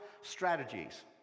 strategies